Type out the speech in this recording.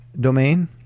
domain